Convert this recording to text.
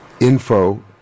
Info